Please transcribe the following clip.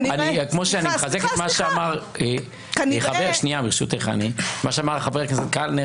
אני מחזק את מה שאמר חבר הכנסת קלנר,